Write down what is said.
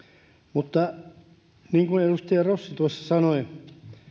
mutta niin kuin edustaja rossi tuossa sanoi